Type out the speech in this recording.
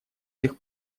тех